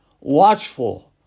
watchful